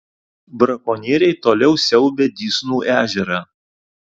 brakonieriai toliau siaubia dysnų ežerą